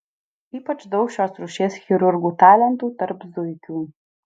ypač daug šios rūšies chirurgų talentų tarp zuikių